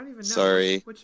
Sorry